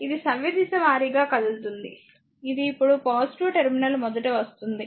ఇది సవ్యదిశ వారీగా కదులుతుంది ఇది ఇప్పుడు టెర్మినల్ మొదట వస్తుంది